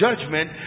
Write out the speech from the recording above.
judgment